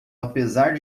apesar